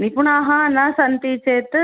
निपुणाः न सन्ति चेत्